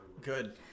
Good